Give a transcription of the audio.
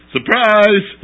Surprise